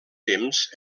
temps